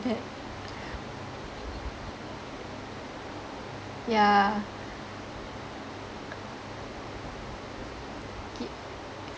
yeah